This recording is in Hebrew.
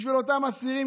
ובשביל אותם אסירים,